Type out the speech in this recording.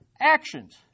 actions